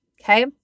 Okay